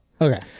Okay